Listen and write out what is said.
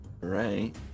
right